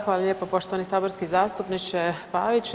Hvala lijepo poštovani saborski zastupniče Pavić.